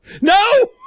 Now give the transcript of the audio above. No